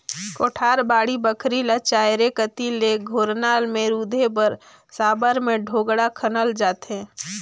कोठार, बाड़ी बखरी ल चाएरो कती ले घोरना मे रूधे बर साबर मे ढोड़गा खनल जाथे